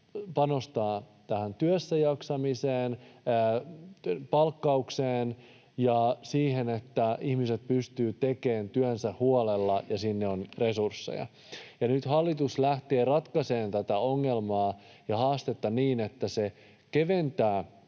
panostaa työssäjaksamiseen, palkkaukseen ja siihen, että ihmiset pystyvät tekemään työnsä huolella ja että sinne on resursseja. Nyt hallitus lähtee ratkaisemaan tätä ongelmaa ja haastetta niin, että se keventää